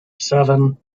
seven